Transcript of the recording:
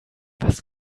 was